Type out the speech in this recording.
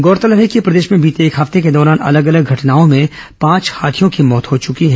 गौरतलब है कि प्रदेश में बीते एक हफ्ते के दौरान अलग अलग घटनाओं में पांच हाथियों की मौत हो चुकी है